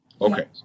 Okay